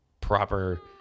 proper